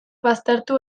baztertu